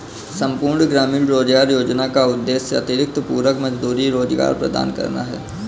संपूर्ण ग्रामीण रोजगार योजना का उद्देश्य अतिरिक्त पूरक मजदूरी रोजगार प्रदान करना है